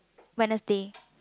Wednesday